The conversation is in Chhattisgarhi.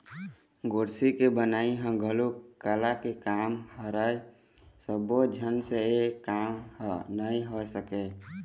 गोरसी के बनई ह घलोक कला के काम हरय सब्बो झन से ए काम ह नइ हो सके